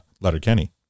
Letterkenny